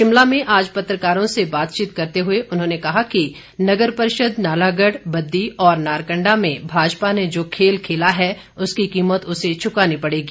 शिमला में आज पत्रकारों से बातचीत करते हुए उन्होंने कहा कि नगर परिषद नालागढ़ बद्दी और नारकंडा में भाजपा ने जो खेल खेला है उसकी कीमत उसे चुकानी पड़ेगी